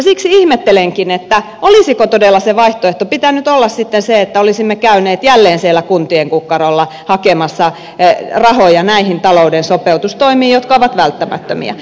siksi ihmettelenkin olisiko todella sen vaihtoehdon pitänyt olla sitten se että olisimme käyneet jälleen siellä kuntien kukkarolla hakemassa rahoja näihin talouden sopeutustoimiin jotka ovat välttämättömiä